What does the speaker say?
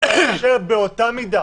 מאפשר באותה מידה